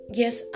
yes